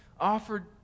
offered